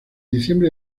diciembre